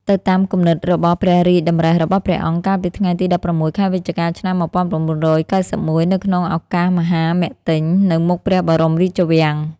ទៅតាមគំនិតរបស់ព្រះរាជតម្រិះរបស់ ព្រះអង្គ កាលពីថ្ងៃទី១៦ ខែវិច្ឆិកា ឆ្នាំ១៩៩១ នៅក្នុងឱកាសមហាមិទ្ទិញ នៅមុខព្រះបរមរាជវាំង។